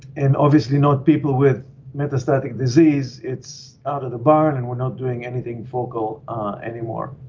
and obviously not people with metastatic disease. it's out of the barn and we're not doing anything focal anymore.